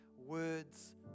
Words